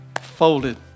Folded